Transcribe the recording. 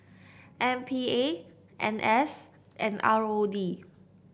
M P A N S and R O D